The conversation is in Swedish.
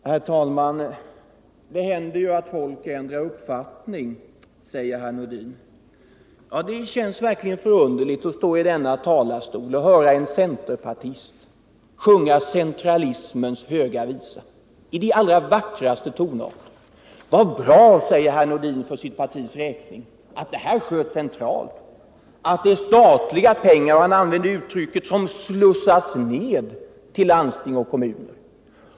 Herr talman! Det händer ju att folk ändrar uppfattning, säger herr Nordin. Ja, det känns verkligen förunderligt att sitta i denna kammare och höra en centerpartist sjunga centralismens höga visa i de allra vackraste tonarter. Så bra, säger herr Nordin för sitt partis räkning, att det här sköts centralt, att det ärstatliga pengar som slussas ner — det var det uttrycket herr Nordin använde —- till landsting och kommuner.